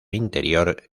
interior